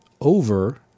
over